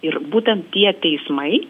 ir būtent tie teismai